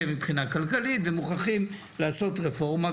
מבחינה כלכלית ומוכרחים לעשות רפורמה.